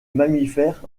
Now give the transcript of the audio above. mammifère